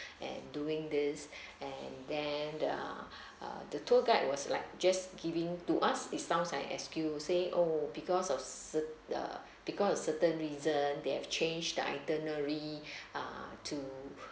and doing this and then uh uh the tour guide was like just giving to us it sounds like excuse say oh because of cer~ uh because of certain reason they have changed the itinerary ah to